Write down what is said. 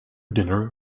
dinner